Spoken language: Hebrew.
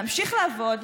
להמשיך לעבוד,